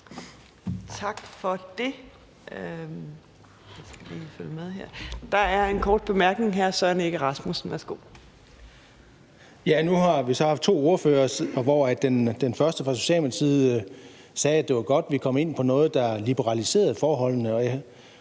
Tak for det. Der er en kort bemærkning. Hr. Søren Egge Rasmussen, værsgo. Kl. 14:43 Søren Egge Rasmussen (EL): Nu har vi så haft to ordførere, hvor den første fra Socialdemokratiet sagde, at det var godt, at vi kom ind på noget, der liberaliserede forholdene.